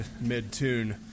mid-tune